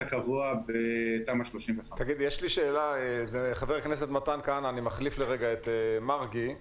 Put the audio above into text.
הקבוע בתמ"א 35. אני מחליף לרגע את היושב-ראש מרגי.